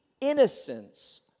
innocence